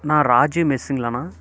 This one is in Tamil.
அண்ணா ராஜி மெஸ்ஸுங்களாண்ணா